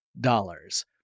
dollars